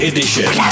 Edition